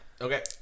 Okay